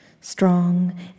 Strong